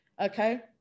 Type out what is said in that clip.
okay